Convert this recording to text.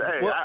hey